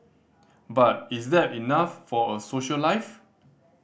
but is that enough for a social life